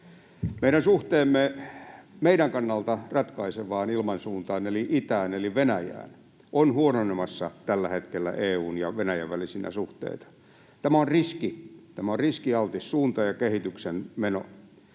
Meidän suhteemme meidän kannalta ratkaisevaan ilmansuuntaan eli itään eli Venäjään on huononemassa tällä hetkellä EU:n ja Venäjän välisinä suhteina. Tämä on riski, tämä on riskialtis suunta ja kehityksen meno.